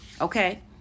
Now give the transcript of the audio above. okay